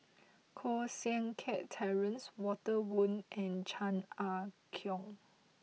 Koh Seng Kiat Terence Walter Woon and Chan Ah Kow